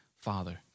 father